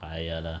tak payah lah